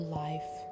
life